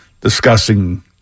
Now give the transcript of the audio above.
discussing